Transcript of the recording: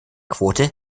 quote